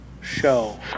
show